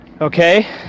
Okay